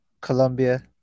Colombia